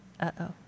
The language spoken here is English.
Uh-oh